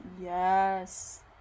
Yes